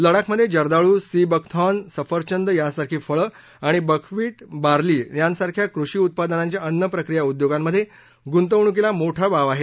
लडाखमध्ये जर्दाळू sea buckthorn सफरचंद यांसारखी फळं आणि बकव्ही बार्ली यांसारख्या कृषीउत्पादनांच्या अन्नप्रक्रिया उद्योगांमध्ये गुंतवणुकीला मोठा वाव आहे